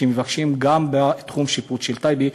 ומבקשים גם בתחום השיפוט של טייבה,